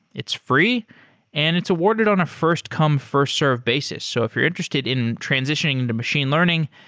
it's free and it's awarded on a first-come first-served basis. so if you're interested in transitioning into machine learning,